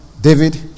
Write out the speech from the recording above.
David